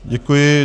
Děkuji.